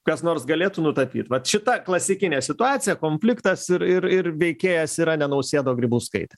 kas nors galėtų nutapyt vat šita klasikinė situacija konfliktas ir ir ir veikėjas yra ne nausėda o grybauskaitė